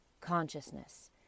consciousness